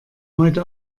heute